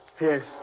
Yes